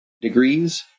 degrees